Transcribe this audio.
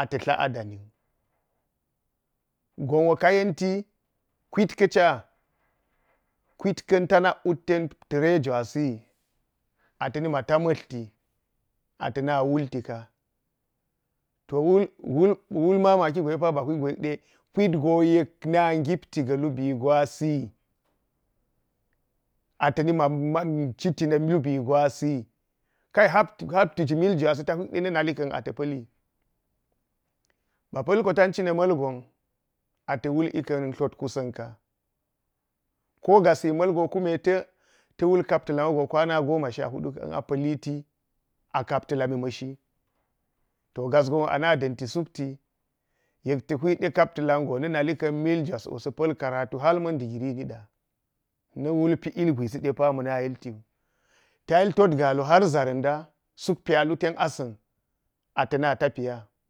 ata dla a dani. Gonwo kan yenti ƙuit kaca, kuit kan tanal wul ten ta̱re kaca kan tanak wul ten ta̱re juyasi atana ma ta mgirti a tana multika to wul mul mamaki gwedepa ba huikgo yekda kuit go yekna gipti ga lubi gwasi atinama citi na lubi gwasi kai hab habtiji miuljwasi ta huikde na nalikan ata pali. Ba pal koyanci namalgon ata wul ikan tlot kusan ka, ko gasi kunne malgo ta ta wul kaptilan wugo kwana goma sha huda kan a paliti a kaptilanmu mashi to gasgonwo ana danti sukto yekta hiyide kaptilango na nalikna moljuwas pal karatu harna degre nida na wulpi ilgwiside pa mana yenittiwu ta yillet galu har zaranda atana tapiya.